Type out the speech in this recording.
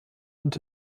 und